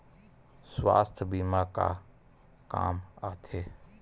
सुवास्थ बीमा का काम आ थे?